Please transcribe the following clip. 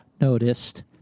noticed